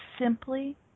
simply